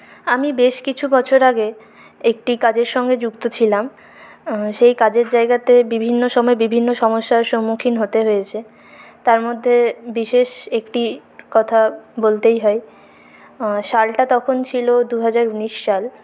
আমি বেশ কিছু বছর আগে একটি কাজের সঙ্গে যুক্ত ছিলাম সেই কাজের জায়গাতে বিভিন্ন সময় বিভিন্ন সমস্যার সম্মুখীন হতে হয়েছে তার মধ্যে বিশেষ একটি কথা বলতেই হয় সালটা তখন ছিল দুহাজার ঊনিশ সাল